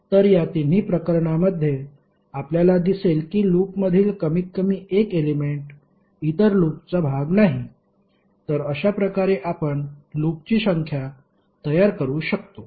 तर या तिन्ही प्रकरणांमध्ये आपल्याला दिसेल की लूपमधील कमीतकमी एक एलेमेंट इतर लूपचा भाग नाही तर अशा प्रकारे आपण लूपची संख्या तयार करू शकतो